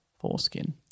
foreskin